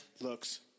looks